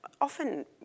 often